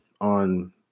on